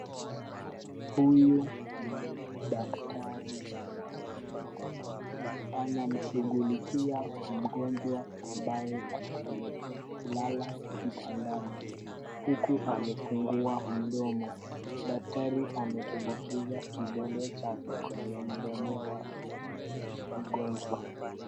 Huyu ni daktari wa meno. Anamshughulikia mgonjwa ambaye amelala kitandani huku amefungua mdomo. Daktari ametumbukiza kidole chake kwenye mdomo wa mgonjwa.